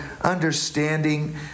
understanding